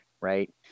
right